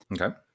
Okay